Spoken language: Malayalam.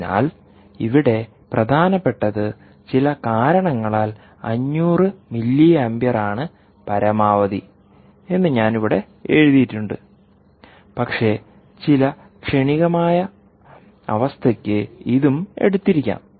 അതിനാൽ ഇവിടെ പ്രധാനപ്പെട്ടത് ചില കാരണങ്ങളാൽ 500 മില്ലിയാംപിയർ ആണ് പരമാവധി എന്ന് ഞാൻ ഇവിടെ എഴുതിയിട്ടുണ്ട് പക്ഷേ ചില ക്ഷണികമായ അവസ്ഥയ്ക്ക് ഇതും എടുത്തിരിക്കാം